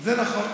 זה נכון.